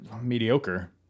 mediocre